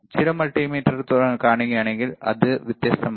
ചില മൾട്ടിമീറ്ററിൽ കാണുകയാണെങ്കിൽ അത് വ്യത്യസ്തമാണ്